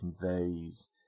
conveys